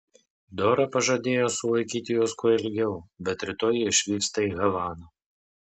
dora pažadėjo sulaikyti juos kuo ilgiau bet rytoj jie išvyksta į havaną